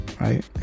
right